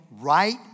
right